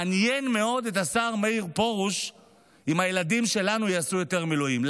מעניין מאוד את השר מאיר פרוש אם הילדים שלנו יעשו יותר מילואים.